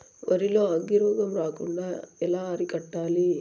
వరి లో అగ్గి రోగం రాకుండా ఎలా అరికట్టాలి?